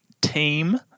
team